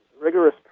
rigorous